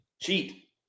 cheat